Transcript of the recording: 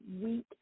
week